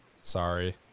Sorry